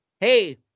hey